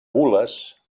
gules